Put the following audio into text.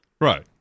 Right